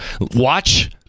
watch